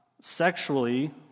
sexually